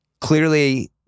Clearly